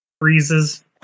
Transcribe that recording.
freezes